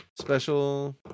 special